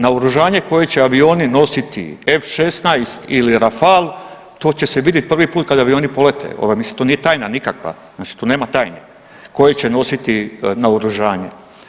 Naoružanje koje će avioni nositi F-16 ili rafal to će se vidjet prvi put kad avioni polete, ovaj mislim to nije tajna nikakva, znači tu nema tajni koje će nositi naoružanje.